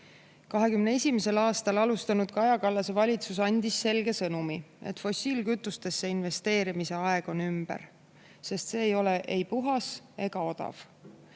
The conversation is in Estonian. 2021. aastal tööd alustanud Kaja Kallase valitsus andis selge sõnumi, et fossiilkütusesse investeerimise aeg on ümber, sest see ei ole ei puhas ega odav.